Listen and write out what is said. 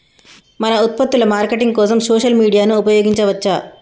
మన ఉత్పత్తుల మార్కెటింగ్ కోసం సోషల్ మీడియాను ఉపయోగించవచ్చా?